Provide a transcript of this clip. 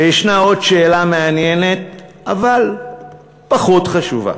וישנה עוד שאלה מעניינת אבל פחות חשובה.